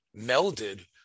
melded